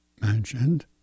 mentioned